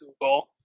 Google